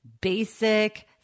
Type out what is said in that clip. basic